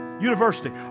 University